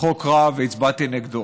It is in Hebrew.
חוק רע, והצבעתי נגדו.